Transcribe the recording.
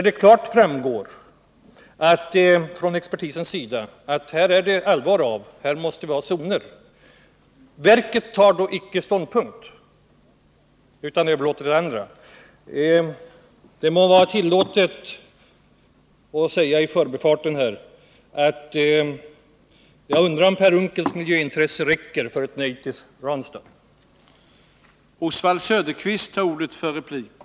Det framgår klart av expertisens uttalanden att vi måste ha ordentliga skyddszoner, men verket tar icke någon ställning utan överlåter det till andra. Det må i förbifarten här vara tillåtet att säga att jag undrar om Per Unckels miljöintresse räcker till för att säga nej till uranbrytning i Ranstad.